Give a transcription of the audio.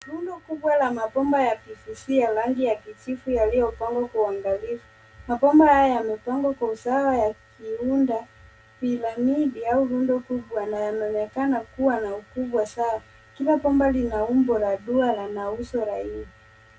Rundo kubwa la mapomba ya masivia ya rangi ya kijivu yaliyopangwa kwa uangalifu na kwamba haya yamepangwa Kwa usawa ya kuunda manila kubwa au rundo kubwa yanaonekana kuwa na kubwa sawa. Mapomba hayo Yana umbo la duara na usio laini.